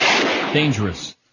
dangerous